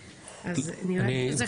אז נראה לי שזה חשוב.